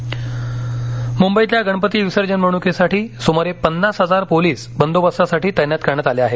मुंबई विसर्जन मुंबईतल्या गणपती विसर्जन मिरवणुकीसाठी सुमारे पन्नास हजार पोलीस बंदोबस्तासाठी तैनात करण्यातआले आहेत